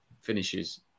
finishes